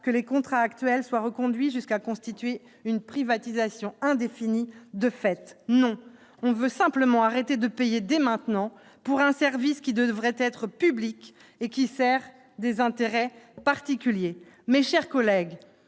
que les contrats actuels soient reconduits jusqu'à constituer une privatisation indéfinie de fait. Non ! On veut simplement arrêter de payer dès maintenant pour un service qui devrait être public et qui sert des intérêts particuliers. Mes chers collègues,